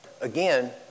Again